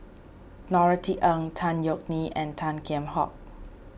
Norothy Ng Tan Yeok Nee and Tan Kheam Hock